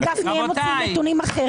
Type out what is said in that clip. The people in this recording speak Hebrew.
הרב גפני, הם מוציאים נתונים אחרים.